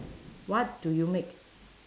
what do you make